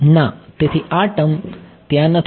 તેથી આ ટર્મ ત્યાં નથી